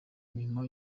nyuma